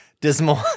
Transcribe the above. dismal